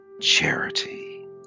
charity